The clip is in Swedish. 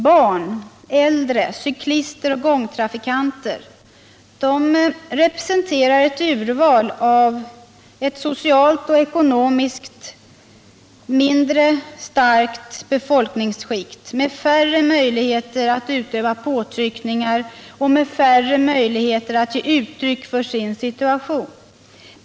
Barn, äldre, cyklister och gångtrafikanter representerar ett urval av ett socialt och ekonomiskt mindre starkt befolkningsskikt med färre möjligheter att utöva påtryckningar och med färre möjligheter att ge uttryck för sin situation.